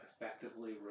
effectively